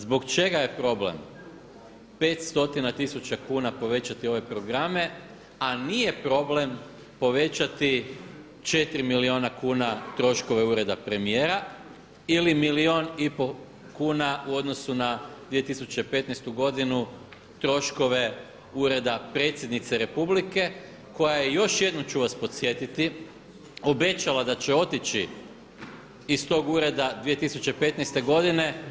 Zbog čega je problem 500 tisuća kuna povećati ove programe, a nije problem povećati 4 milijuna kuna troškove Ureda premijera ili milijun i pol kuna u odnosu na 2015. godinu troškove Ureda predsjednice Republike, koja je još jednom ću vas podsjetiti, obećala da će otići iz tog ureda 2015. godine.